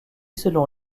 selon